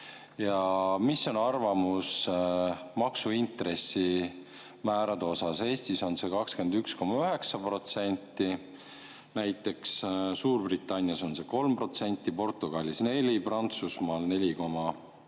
ja mis on teie arvamus maksu[võla] intressimääradest? Eestis on see 21,9%. Näiteks Suurbritannias on see 3%, Portugalis 4%, Prantsusmaal 4,8%,